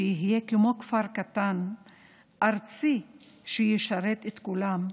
שיהיה כמו כפר קטן ארצי שישרת את כולם.